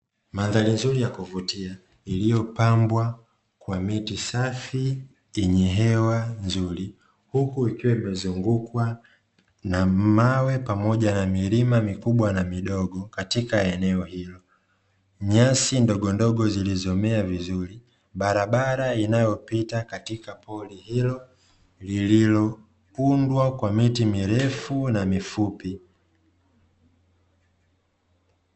Mandhari nzuri ya kuvutia, iliyopambwa kwa miti safi yenye hewa nzuri, huku ikiwa imezungukwa na mawe pamoja na milima mikubwa na midogo katika eneo hilo, nyasi ndogondogo zilizomea vizuri, barabara inayopita katika pori hilo lililoundwa kwa miti mirefu na mifupi.